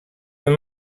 than